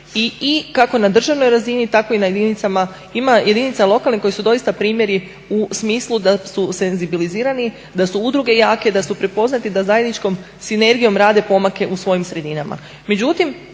i kako na državnoj razini, tako i na jedinicama. Ima jedinica lokalne koje su doista primjeri u smislu da su senzibilizirani, da su udruge jake, da su prepoznati, da zajedničkom sinergijom rade pomake u svojim sredinama.